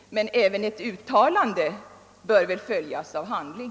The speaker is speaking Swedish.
Men även ett uttalande bör väl följas av handling.